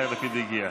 יאיר לפיד הגיע.